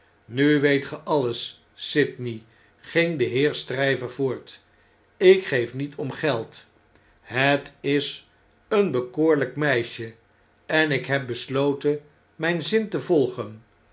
eu weet ge alles sydney ging de heer stryver voort ik geef niet om geld het is een bekoorlflk meisje en ik heb besloten mp zin te volgen